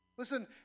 Listen